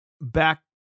back